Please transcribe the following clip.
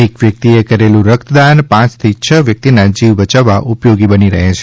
એક વ્યક્તિએ કરેલું રક્તદાન પાંચથી છ વ્યક્તિના જીવ બચાવવા ઉપયોગી બની રહે છે